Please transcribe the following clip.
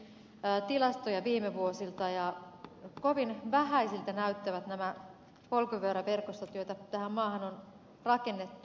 katselin tilastoja viime vuosilta ja kovin vähäisiltä näyttävät nämä polkupyöräverkostot joita tähän maahan on rakennettu